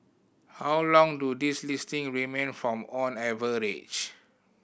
how long do these listing remain from on average